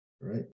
right